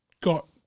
got